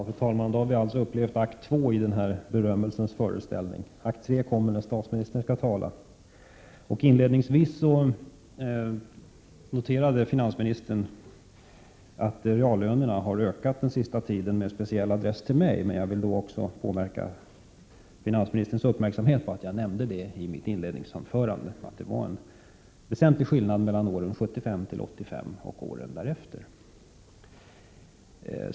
Fru talman! Då har vi alltså kommit till akt 2 i den här berömmelsens föreställning. Akt 3 kommer när statsministern skall tala. Inledningsvis noterade finansministern att reallönerna har ökat den senaste tiden. Det sade han med speciell adress till mig, men då vill jag fästa finansministerns uppmärksamhet på att jag nämnde detta i mitt inledningsanförande — det var en väsentlig skillnad mellan åren 1975-1985 och åren därefter.